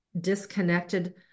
disconnected